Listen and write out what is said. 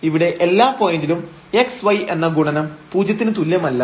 ഇവിടെ എല്ലാ പോയന്റിലും xy എന്ന ഗുണനം പൂജ്യത്തിന് തുല്യമല്ല